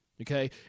Okay